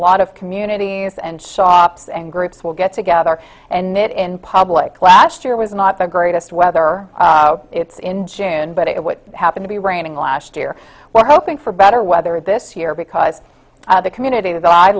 lot of communities and softs and groups will get together and knit in public last year was not the greatest whether it's in june but it would happen to be raining last year we're hoping for better weather this year because the community